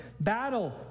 battle